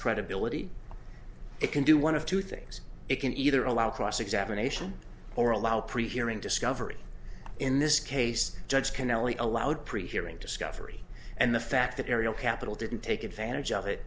credibility it can do one of two things it can either allow cross examination or allow pre hearing discovery in this case judge can only allowed pre hearing discovery and the fact that ariel capital didn't take advantage of it